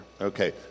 Okay